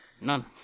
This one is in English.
None